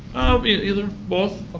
either, both.